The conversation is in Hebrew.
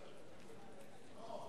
ולשמירה על ביטחון הציבור (חילוט וסמכויות פיקוח) (תיקוני